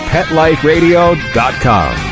PetLifeRadio.com